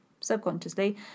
subconsciously